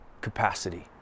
capacity